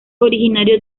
originario